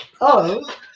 of-